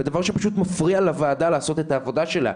בדבר שפשוט מפריע לוועדה לעשות את העבודה שלה,